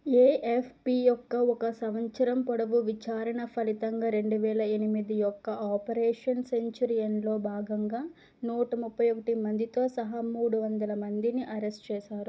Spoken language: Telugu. ఏఎఫ్పి యొక్క ఒక సంవత్సరం పొడవు విచారణ ఫలితంగా రెండువేల ఎనిమిది యొక్క ఆపరేషన్ సెంచూరియన్లో భాగంగా నూటముప్పై ఒకటి మందితో సహా మూడు వందల మందిని అరెస్టు చేశారు